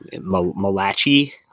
Malachi